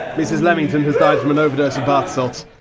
mrs. leamington has died from an overdose of bath salts.